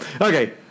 okay